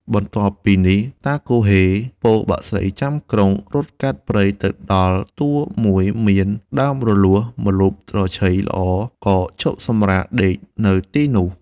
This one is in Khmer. បន្ទាប់ពីនេះ តាគហ៊េ ពរបក្សីចាំក្រុងរត់កាត់ព្រៃទៅដល់ទួលមួយមានដើមរលួសម្លប់ត្រឈៃល្អ ក៏ឈប់សំរាកដេក នៅទីនោះ។